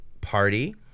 party